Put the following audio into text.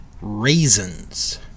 Raisins